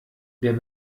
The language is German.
der